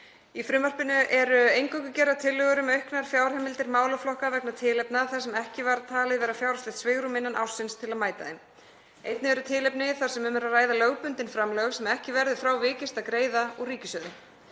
Í frumvarpinu eru eingöngu gerðar tillögur um auknar fjárheimildir málaflokka vegna tilefna þar sem ekki var talið vera fjárhagslegt svigrúm innan ársins til að mæta þeim. Einnig er tilefni þar sem um er að ræða lögbundin framlög sem ekki verður frá vikist að greiða úr ríkissjóði.